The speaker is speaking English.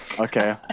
Okay